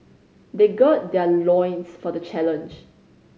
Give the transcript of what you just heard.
they gird their loins for the challenge